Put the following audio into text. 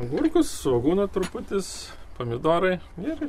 agurkus svogūną truputis pomidorai ir